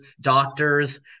doctors